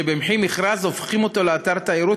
שבמחי מכרז הופכים אותו לאתר תיירות,